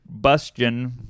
bustion